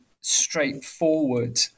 straightforward